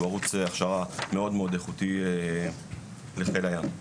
שהוא ערוץ הכשרה מאוד מאוד איכותי לחיל הים.